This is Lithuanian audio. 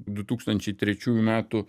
du tūkstančiai trečiųjų metų